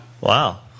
Wow